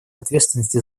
ответственности